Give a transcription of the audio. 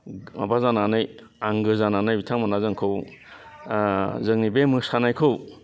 माबा जानानै आंगो जानानै बिथांमोना जोंखौ जोंनि बे मोसानायखौ